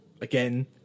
again